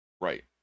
Right